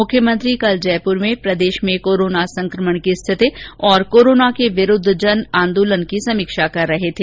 मुख्यमंत्री कल जयपुर में प्रदेश में कोरोना संक्रमण की स्थिति और कोरोना के विरूद्ध जन आंदोलन की समीक्षा कर रहे थे